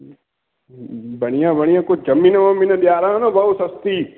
बढ़िया बढ़िया कुझु ज़मीन वमीन ॾियारायो न भाऊ सस्ती